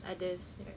others right